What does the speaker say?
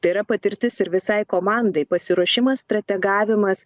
tai yra patirtis ir visai komandai pasiruošimas strategavimas